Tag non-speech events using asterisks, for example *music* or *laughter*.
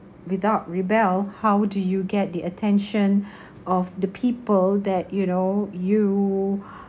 without rebel how do you get the attention *breath* of the people that you know you